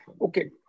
okay